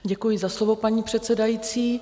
Děkuji za slovo, paní předsedající.